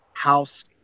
house